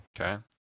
Okay